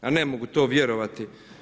Ja ne mogu to vjerovati.